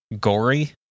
gory